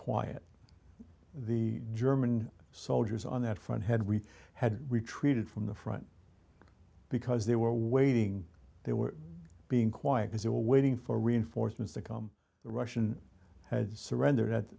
quiet the german soldiers on that front had we had retreated from the front because they were waiting they were being quiet as they were waiting for reinforcements to come the russian had surrendered